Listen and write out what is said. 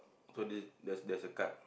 so this there's there's a card